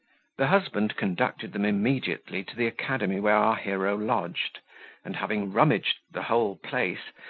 the husband conducted them immediately to the academy where our hero lodged and having rummaged the whole place,